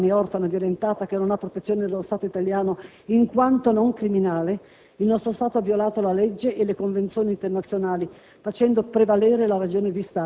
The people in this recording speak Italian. Come la mettiamo con Maria, dieci anni, orfana, violentata, che non ha protezione dallo Stato italiano in quanto "non criminale"? Il nostro Stato ha violato la legge e le convenzioni internazionali,